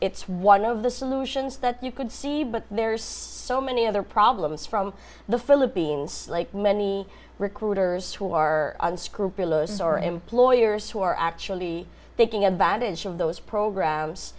it's one of the solutions that you could see but there's so many other problems from the philippines like many recruiters who are unscrupulous busy or employers who are actually taking advantage of those programs